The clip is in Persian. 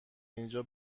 اینجا